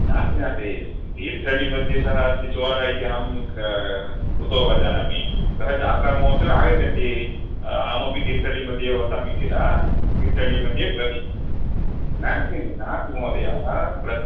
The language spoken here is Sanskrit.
नास्ति नास्ति तीर्थल्लिमध्ये सः अस्ति चोरः इति अहं क कुतो वा जानामि सः जात्रामहोत्सवे आगच्छन्ति अहमपि तीर्थल्लिमध्ये वसामि किल तीर्थल्लिमध्ये प्रति नास्ति नास्ति महोदयां प्रति